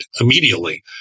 immediately